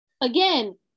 Again